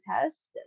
test